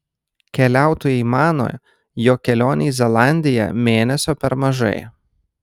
keliautojai mano jog kelionei į zelandiją mėnesio per mažai